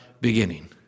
beginning